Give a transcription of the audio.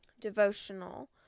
devotional